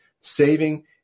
saving